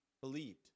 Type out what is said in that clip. Believed